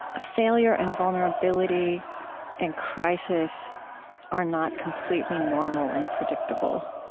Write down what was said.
failure and vulnerability and crisis are not completely normal and predictable.